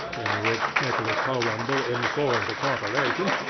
in which nicholas tulrumble informed the corporation,